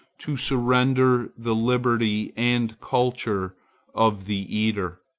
to surrender the liberty and culture of the eater.